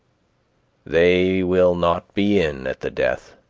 they will not be in at the death.